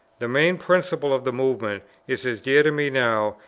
the main principle of the movement is as dear to me now,